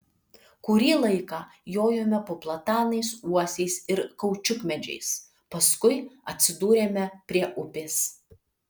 kurį laiką jojome po platanais uosiais ir kaučiukmedžiais paskui atsidūrėme prie upės